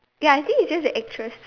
ya I think it's just the actress